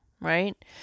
right